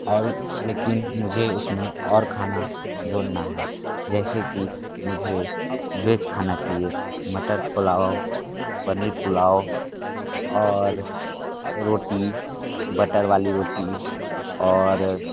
और लेकिन मुझे उस में और खाना जोड़ना है जैसे कि मुझे वेज खाना चाहिए मटर पुलाव पनीर पुलाव और रोटी बटर वाली रोटी और